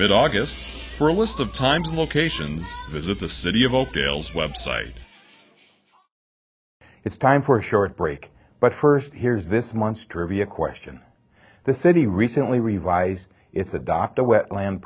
mid august for a list of times and locations visit the city of oakdale website it's time for a short break but first here's this month's trivia question the city recently revised its adopt a wetland